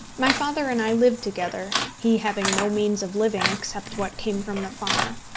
my father and i lived together, he having no means of living except what came from the farm.